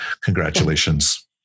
congratulations